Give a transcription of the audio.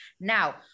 Now